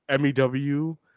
MEW